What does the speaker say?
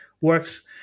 works